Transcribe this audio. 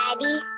Daddy